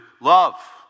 Love